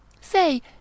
say